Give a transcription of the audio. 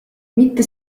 mitte